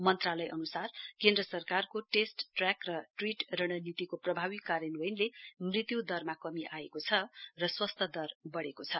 मनत्रालय अनुसार केन्द्र सरकारको टेस्ट ट्रैक र ट्रीट रणनीतिको प्रभावी कार्यन्वयनले मृत्यु दरमा कमी आएको छ र स्वस्थ हुनेहरुको दर बढ़ेको छ